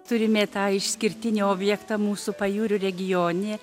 turime tą išskirtinį objektą mūsų pajūrio regione